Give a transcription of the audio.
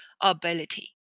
ability